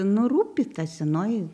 nu rūpi ta senoji